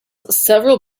several